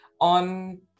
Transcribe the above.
on